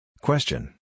Question